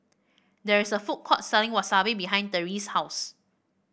there's a food court selling Wasabi behind Terese's house